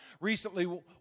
Recently